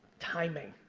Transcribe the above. timing.